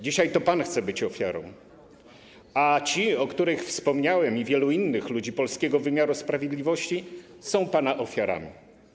Dzisiaj to pan chce być ofiarą, a ci, o których wspomniałem, i wielu innych ludzi polskiego wymiaru sprawiedliwości są pana ofiarami.